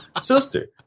sister